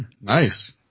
nice